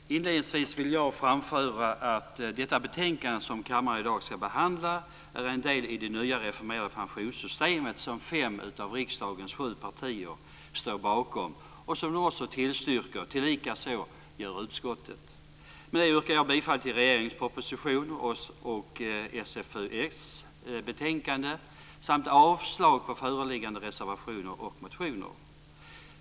Fru talman! Inledningsvis vill jag framföra att detta betänkande, som kammaren i dag ska behandla, är en del i det nya reformerade pensionssystemet som fem av riksdagens sju partier står bakom och som de också tillstyrker, tillika så gör utskottet. Med det yrkar jag bifall till regeringens proposition och hemställan i betänkande SfU6 samt avslag på föreliggande reservationer och motioner.